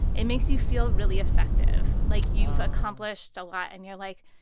it makes you feel really effective, like you've accomplished a lot. and you're like,